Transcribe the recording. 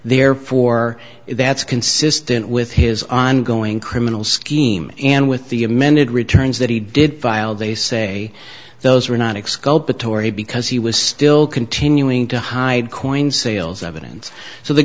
therefore that's consistent with his ongoing criminal scheme and with the amended returns that he did file they say those were not expelled but tory because he was still continuing to hide coins sales evidence so the